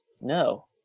no